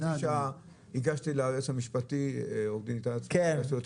לפני חצי שעה הגשתי ליועץ המשפטי את החתימות